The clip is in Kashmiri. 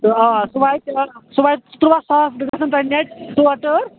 تہٕ آ سُہ واتہِ سُہ واتہِ ترُواہ ساس گَژھَن تۄہہِ نیٚٹ ژور ٹٲر